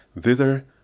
Thither